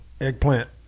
eggplant